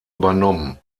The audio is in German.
übernommen